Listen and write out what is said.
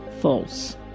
false